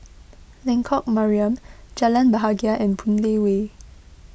Lengkok Mariam Jalan Bahagia and Boon Lay Way